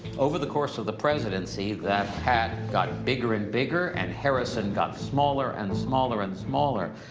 over the course of the presidency that hat got bigger and bigger and harrison got smaller and smaller and smaller.